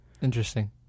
Interesting